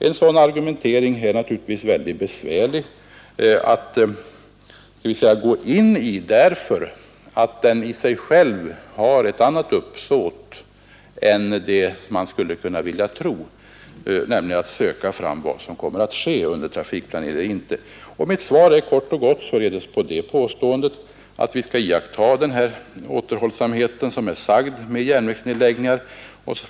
En sådan argumentering är naturligtvis väldigt besvärlig att bemöta, därför att den i sig själv har ett annat uppsåt än det man skulle vilja tro, nämligen att söka få fram vad som kommer att ske under trafikplaneringsarbetet. Mitt svar på detta påstående är kort och gott att vi skall iaktta den återhållsamhet med järnvägsnedläggningar som sagts.